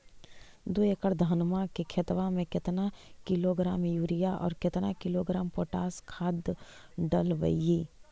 दो एकड़ धनमा के खेतबा में केतना किलोग्राम युरिया और केतना किलोग्राम पोटास खाद डलबई?